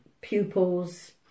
pupils